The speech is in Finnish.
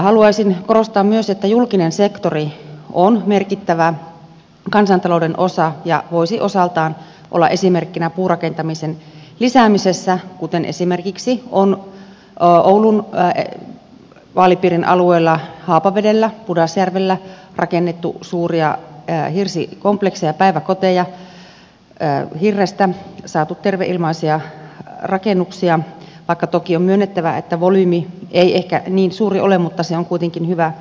haluaisin korostaa myös että julkinen sektori on merkittävä kansantalouden osa ja voisi osaltaan olla esimerkkinä puurakentamisen lisäämisessä kuten esimerkiksi on oulun vaalipiirin alueella haapavedellä pudasjärvellä rakennettu suuria hirsikomplekseja päiväkoteja hirrestä saatu terveilmaisia rakennuksia vaikka toki on myönnettävä että volyymi ei ehkä niin suuri ole mutta se on kuitenkin hyvä alku